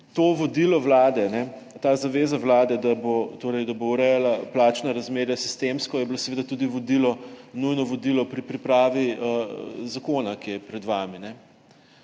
To vodilo vlade, ta zaveza vlade, da bo urejala plačna razmerja sistemsko, je bilo seveda tudi nujno vodilo pri pripravi zakona, ki je pred vami.